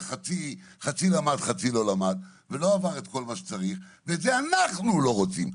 חצי למד וחצי ללא למד ולא עבר את כל מה שצריך ואת זה אנחנו לא רוצים,